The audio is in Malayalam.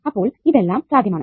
അപ്പോൾ ഇതെല്ലാം സാധ്യമാണ്